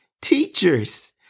Teachers